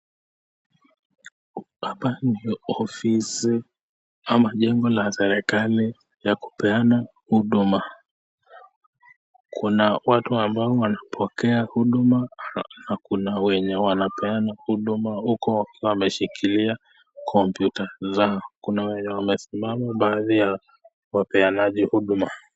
Hapa ni ofisi ama jengo la serikali ya kupeana huduma. Kuna watu ambao wanapokea huduma na kuna wenye wanapeana huduma huku wakiwa wameshikilia kompyuta zao. Kuna wenye wamesimama baadhi ya wapeanaji huduma.